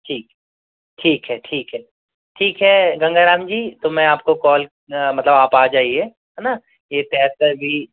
ठीक ठीक है ठीक है ठीक है गंगाराम जी तो मैं आपको कॉल मतलब आप आ जाइए है ना ये तिहतर बी